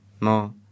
no